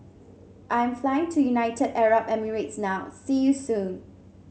I am flying to United Arab Emirates now see you soon